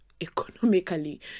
economically